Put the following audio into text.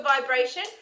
vibration